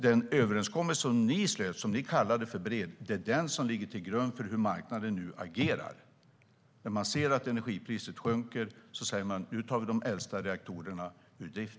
Den överenskommelse som ni slöt och som ni kallade för bred är den som ligger till grund för hur marknaden nu agerar. När man ser att energipriset sjunker säger man: Nu tar vi de äldsta reaktorerna ur drift!